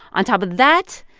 on top of that,